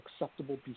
acceptable